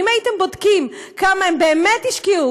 אם הייתם בודקים כמה הם באמת השקיעו,